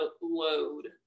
load